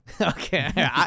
Okay